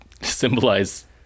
symbolize